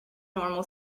normal